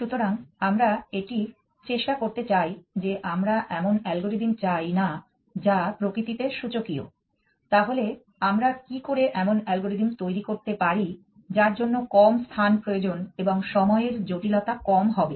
সুতরাং আমরা এটি চেষ্টা করতে চাই যে আমরা এমন অ্যালগরিদম চাই না যা প্রকৃতিতে সূচকীয় তাহলে আমরা কি করে এমন অ্যালগরিদম তৈরি করতে পারি যার জন্য কম স্থান প্রয়োজন এবং সময়ের জটিলতা কম হবে